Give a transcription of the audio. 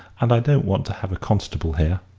and i don't want to have a constable here.